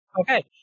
Okay